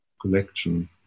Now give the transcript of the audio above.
collection